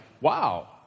wow